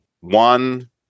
one